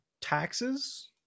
taxes